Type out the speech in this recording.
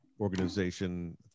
organization